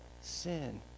sin